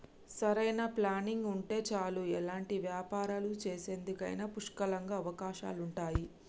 సరైన ప్లానింగ్ ఉంటే చాలు ఎలాంటి వ్యాపారాలు చేసేందుకైనా పుష్కలంగా అవకాశాలుంటయ్యి